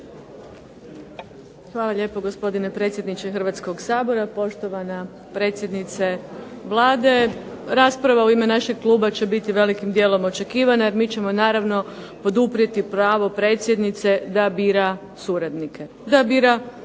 Hvala lijepo, gospodine predsjedniče Hrvatskoga sabora. Poštovana predsjednice Vlade. Rasprava u ime našeg kluba će biti velikim dijelom očekivana jer mi ćemo naravno poduprijeti pravo predsjednice da bira suradnike,